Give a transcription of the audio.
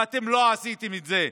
ואתם לא עשיתם את זה.